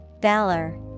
Valor